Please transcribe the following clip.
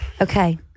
Okay